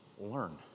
learn